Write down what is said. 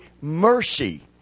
mercy